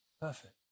Perfect